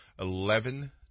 Eleven